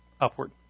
Upward